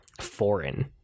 foreign